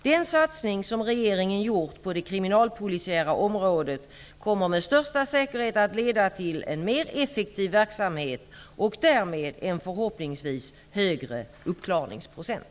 Den satsning som regeringen gjort på det kriminalpolisiära området kommer med största säkerhet att leda till en mer effektiv verksamhet och därmed en förhoppningsvis högre uppklaringsprocent.